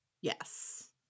Yes